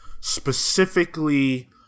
specifically